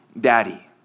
daddy